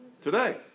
today